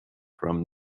from